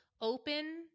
open